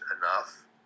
enough